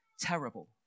terrible